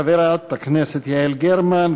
חברת הכנסת יעל גרמן,